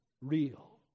real